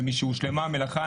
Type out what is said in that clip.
ומשהושלמה המלאכה,